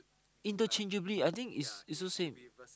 interchangeably I think it's also same